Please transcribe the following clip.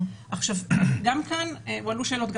גם כאן הועלו שאלות,